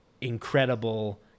incredible